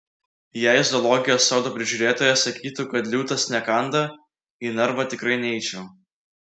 jei zoologijos sodo prižiūrėtojas sakytų kad liūtas nekanda į narvą tikrai neičiau